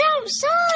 outside